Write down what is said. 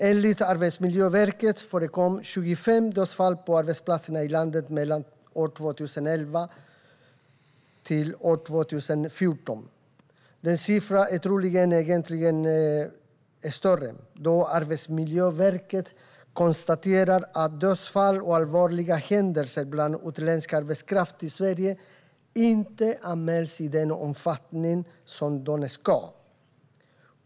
Enligt Arbetsmiljöverket förekom 25 dödsfall på arbetsplatserna i landet mellan år 2011 och år 2014. Siffran är troligen egentligen högre, då Arbetsmiljöverket konstaterar att dödsfall och allvarliga händelser bland utländsk arbetskraft i Sverige inte anmäls i den omfattning som de ska.